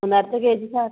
ಒಂದು ಅರ್ಧ K G ಸಾಕು